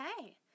Okay